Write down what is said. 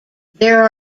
there